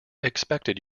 expected